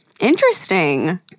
interesting